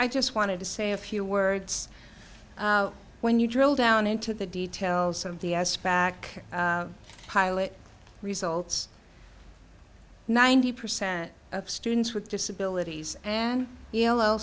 i just wanted to say a few words when you drill down into the details of the spac pilot results ninety percent of students with disabilities and yellow